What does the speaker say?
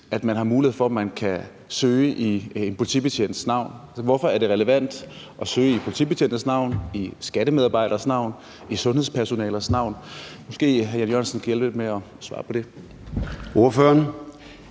at man har en mulighed for, at man kan søge det i forhold til en politibetjents navn? Altså, hvorfor er det relevant at søge det i forhold til politibetjentes navn, skattemedarbejderes navn, sundhedspersonalers navn? Måske hr. Jan E. Jørgensen kan hjælpe lidt med at svare på det. Kl.